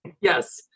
Yes